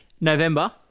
November